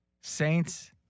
Saints